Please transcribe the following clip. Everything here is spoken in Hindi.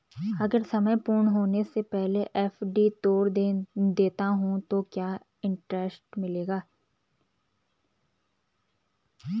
अगर समय पूर्ण होने से पहले एफ.डी तोड़ देता हूँ तो क्या इंट्रेस्ट मिलेगा?